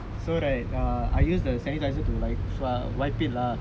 so right err I use the sanitiser to wipe it lah